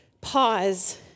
pause